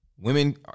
Women